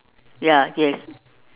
ya yes